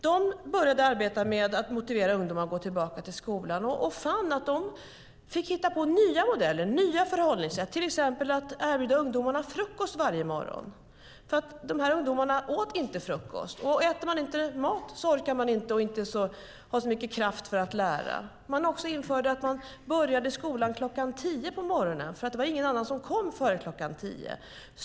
De började arbeta med att motivera ungdomar att gå tillbaka till skolan. Man fick hitta på nya modeller, nya förhållningssätt, till exempel att erbjuda ungdomarna frukost varje morgon. De här ungdomarna åt inte frukost, och äter man inte mat orkar man inte och har inte mycket kraft att lära. Man införde också att börja skolan kl. 10 på morgonen, för det var ingen som kom förrän kl. 10.